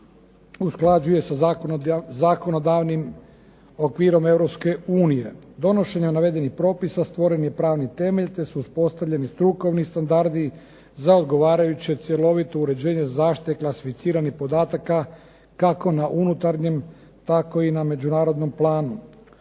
usklađuje sa zakonodavnim okvirom Europske unije. Donošenjem navedenih propisa stvoren je pravni temelj te su uspostavljeni strukovni standardi za odgovarajuće cjelovito uređenje zaštite klasificiranih podataka kako na unutarnjem tako i na međunarodnom planu.